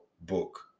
book